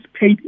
paid